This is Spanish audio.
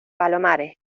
palomares